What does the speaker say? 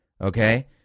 okay